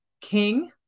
King